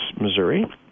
Missouri